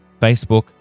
Facebook